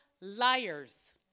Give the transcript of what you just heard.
liars